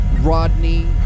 Rodney